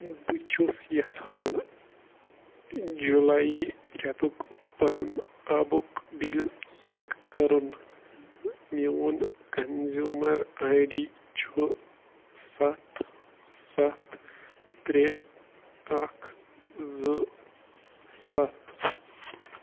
بہٕ چھُس یژھان جُلَے رٮ۪تُک پنن آبُک بِل چیک کرُن میون کنزیوٗمر آی ڈی چھُ سَتھ سَتھ ترٛےٚ اکھ زٕ سَتھ